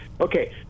okay